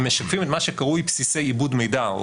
הם משקפים את מה שקרוי בסיסי עיבוד מידע,